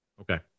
Okay